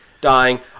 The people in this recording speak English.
dying